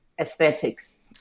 aesthetics